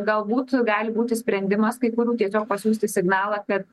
galbūt gali būti sprendimas kai kurių tiesiog pasiųsti signalą kad